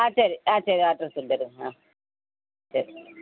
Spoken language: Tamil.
ஆ சரி ஆ சரி அட்ரஸ் தந்துடுறேன் ஆ சரி